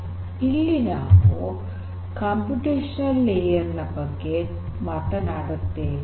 ನಾವು ಇಲ್ಲಿ computation layer ನ ಬಗ್ಗೆ ಮಾತನಾಡುತ್ತೇವೆ